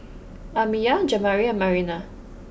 Amiyah Jamari and Marina